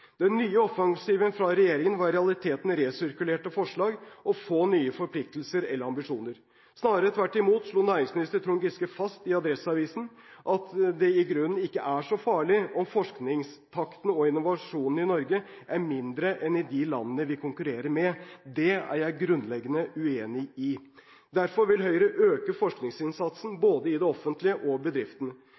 Den nye offensiven fra regjeringen var i realiteten resirkulerte forslag og få nye forpliktelser eller ambisjoner. Snarere tvert imot slo næringsminister Trond Giske fast i Adresseavisen at det i grunnen ikke er så farlig om forskningstakten og innovasjonen i Norge er mindre enn i de landene vi konkurrerer med. Det er jeg grunnleggende uenig i. Derfor vil Høyre øke forskningsinnsatsen både i det offentlige og